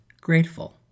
grateful